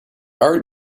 art